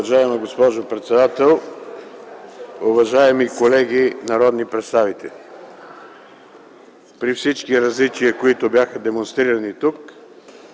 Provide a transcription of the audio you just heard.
Уважаема госпожо председател, уважаеми колеги народни представители! При всички различия, които бяха демонстрирани тук,